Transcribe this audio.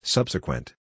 Subsequent